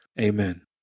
Amen